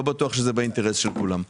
לא בטוח שזה באינטרס של כולם.